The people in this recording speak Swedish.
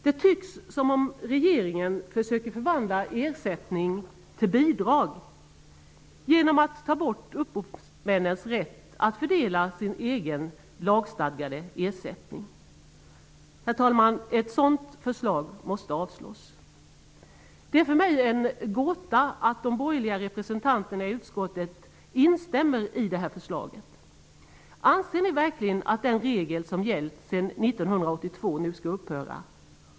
Det tycks som om regeringen försöker förvandla ersättning till bidrag genom att ta bort upphovsmännens rätt att fördela sin egen lagstadgade ersättning. Herr talman! Ett sådant förslag måste avslås. Det är för mig en gåta att de borgerliga representanterna i utskottet instämmer i det som sägs i förslaget. Anser ni verkligen att den regel som gällt sedan 1982 nu skall upphöra?